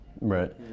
Right